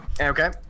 okay